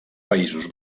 països